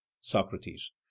socrates